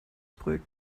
projekt